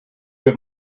have